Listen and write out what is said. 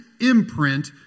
imprint